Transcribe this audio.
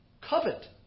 covet